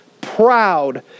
proud